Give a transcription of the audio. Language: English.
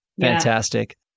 fantastic